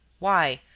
why,